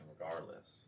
regardless